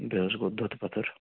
بیٚیہِ حظ گوٚو دۄدٕ پتھٕر